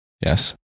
Yes